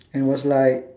and was like